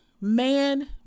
man